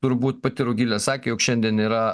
turbūt pati rugilė sakė jog šiandien yra